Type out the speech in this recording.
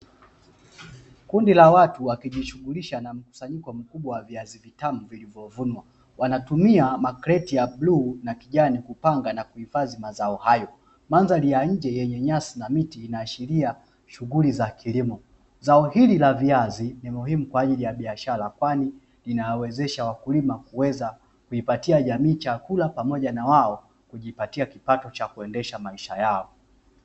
Kundi la watu wakijishughulisha na mkusanyiko mkubwa wa viazi vitamu vilivyo vunwa, wanatumia ma kreti ya bluu na kijani kupanga na kuhifandhi mazao hayo. Mandhali ya nje yenye nyasi na miti ina ashilia shughuli za kilimo. Zao hili la viazi ni muhimu kwa ajili ya biashara kwani linawezesha wakulima kuweza kuipatia jamii chakuila pamoja na wao kujipatia kipato cha kuendesha maisha yao.